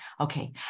Okay